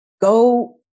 go